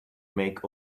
make